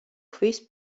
ქვის